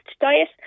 diet